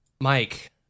Mike